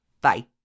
Bye